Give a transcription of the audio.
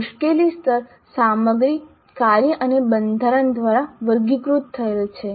મુશ્કેલી સ્તર સામગ્રી કાર્ય અને બંધારણ દ્વારા વર્ગીકૃત થયેલ છે